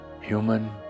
human